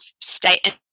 state